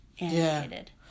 animated